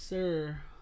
Sir